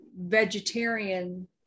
vegetarian